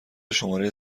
شماره